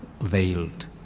veiled